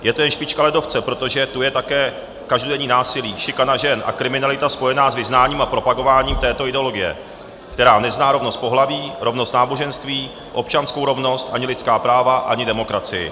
Je to jen špička ledovce, protože tu je také každodenní násilí, šikana žen a kriminalita spojená s vyznáním a propagováním této ideologie, která nezná rovnost pohlaví, rovnost náboženství, občanskou rovnost, ani lidská práva, ani demokracii.